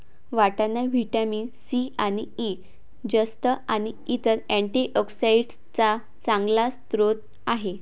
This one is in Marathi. वाटाणा व्हिटॅमिन सी आणि ई, जस्त आणि इतर अँटीऑक्सिडेंट्सचा चांगला स्रोत आहे